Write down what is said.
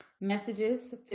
Messages